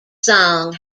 song